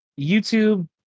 youtube